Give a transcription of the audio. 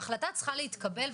החלטה צריכה להתקבל,